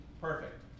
perfect